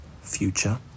Future